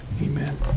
Amen